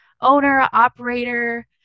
owner-operator